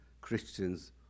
Christians